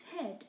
head